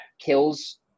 kills